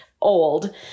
old